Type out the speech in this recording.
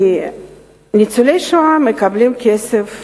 כי ניצולי השואה מקבלים כסף מגרמניה.